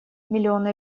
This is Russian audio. миллионы